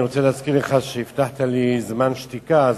אני רוצה להזכיר לך שהבטחת לי זמן שתיקה,